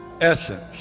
essence